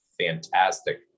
fantastic